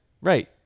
Right